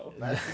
No